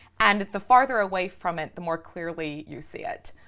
and the farther away from it, the more clearly you see it.